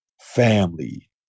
family